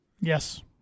Yes